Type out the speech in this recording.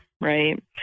right